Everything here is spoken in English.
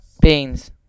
Beans